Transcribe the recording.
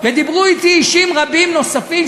ודיברו אתי אישים רבים נוספים,